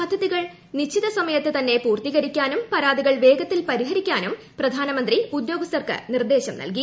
പദ്ധതികൾ നിശ്ചിതസമയത്ത് തന്നെ പൂർത്തീകരിക്കാനും പരാതികൾ വേഗത്തിൽ പരിഹരിക്കാനും പ്രധാനമന്ത്രി ഉദ്യോഗസ്ഥർക്ക് നിർദ്ദേശം നൽകി